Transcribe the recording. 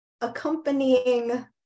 accompanying